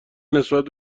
نسبت